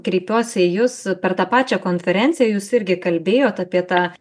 kreipiuosi į jus per tą pačią konferenciją jūs irgi kalbėjot apie tą